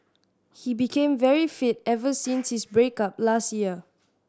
he became very fit ever since his break up last year